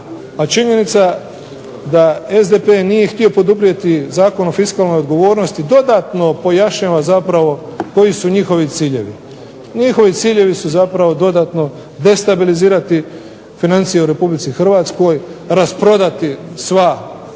A činjenica da SDP nije htio poduprijeti Zakon o fiskalnoj odgovornosti dodatno pojašnjava zapravo koji su njihovi ciljevi. Njihovi ciljevi su zapravo dodatno destabilizirati financije u RH, rasprodati sva prirodna